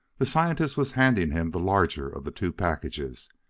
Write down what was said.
the scientist was handing him the larger of the two packages.